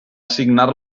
signar